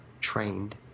trained